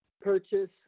purchase